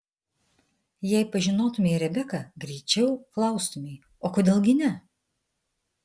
jei pažinotumei rebeką greičiau klaustumei o kodėl gi ne